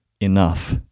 enough